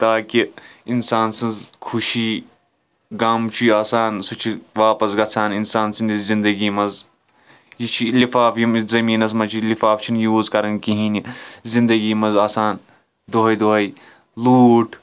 تاکہِ انسانہٕ سٕنٛز خۄشِی غم چھُ یہِ آسان سُہ چھُ واپَس گژھان اِنسان سٕنٛزِ زِنٛدگِی منٛز یہِ چھُ یہِ لِفافہٕ یٔمِس زٔمیٖنَس منٛز چھُ یہِ لِفافہٕ چھِنہٕ یوٗز کران کِہیٖنٛۍ زِنٛدگِی منٛز آسان دۄہَے دۄہَے لوٗٹھ